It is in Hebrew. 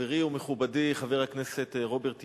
חברי ומכובדי חבר הכנסת רוברט טיבייב,